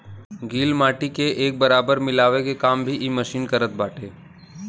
गिल माटी के एक बराबर मिलावे के काम भी इ मशीन करत बाटे